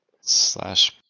Slash